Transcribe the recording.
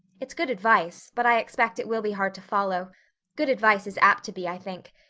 it's good advice, but i expect it will be hard to follow good advice is apt to be, i think.